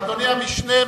אדוני המשנה,